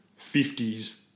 50s